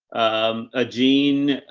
um, ah, gene,